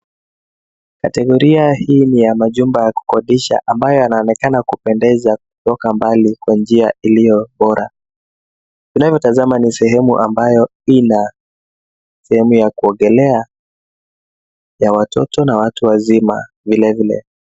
Kategoria hii ni ya majumba ya kukodisha ambayo yanaonekana kupendeza kutoka mbali kwa njia iliyo bora. Unavyotazama ni sehemu ambayo ina sehemu ya kuogelea ya watoto na watu wazima vilevile.